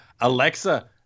Alexa